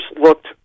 looked